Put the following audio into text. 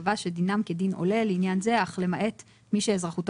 קבע שדינם כדין עולה לעניין זה אך למעט מי שאזרחותו